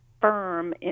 firm